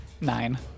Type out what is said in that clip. Nine